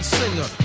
singer